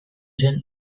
zen